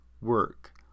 work